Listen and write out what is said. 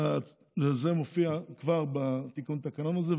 וזה מופיע כבר בתיקון התקנון הזה,